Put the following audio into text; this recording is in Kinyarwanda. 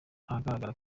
ahagaragara